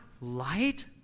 light